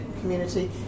community